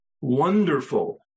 Wonderful